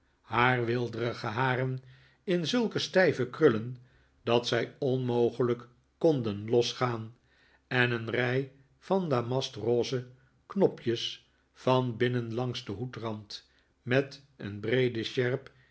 haar weelderige haren in zulke stijve krullen dat zij onmogelijk konden losgaan en een rij van damastrozeknopjes van binnen langs den hoedrand met een breede sjerp